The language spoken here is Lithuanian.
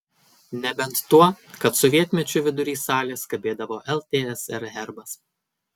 nebent tuo kad sovietmečiu vidury salės kabėdavo ltsr herbas